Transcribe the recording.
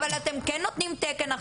אבל אתם כן נותנים תקן עכשיו להורות.